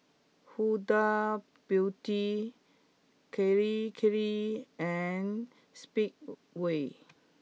Huda Beauty Kirei Kirei and Speedway